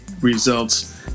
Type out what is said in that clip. results